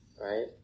Right